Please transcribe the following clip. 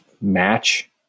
match